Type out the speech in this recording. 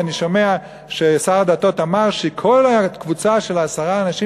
ואני שומע ששר הדתות אמר שכל הקבוצה של עשרת האנשים